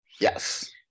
Yes